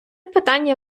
питання